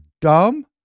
dumb